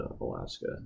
Alaska